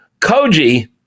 Koji